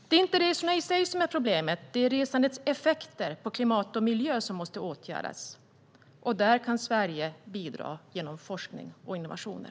Det är inte resorna i sig som är problemet; det är resandets effekter på klimat och miljö som måste åtgärdas. Där kan Sverige bidra genom forskning och innovationer.